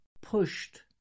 pushed